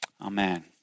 Amen